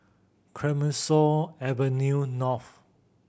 Clemenceau Avenue North